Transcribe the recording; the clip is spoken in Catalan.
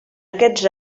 aquests